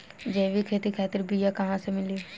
जैविक खेती खातिर बीया कहाँसे मिली?